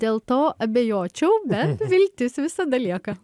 dėl to abejočiau bet viltis visada lieka